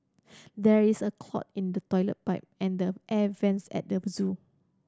there is a clog in the toilet pipe and the air vents at the zoo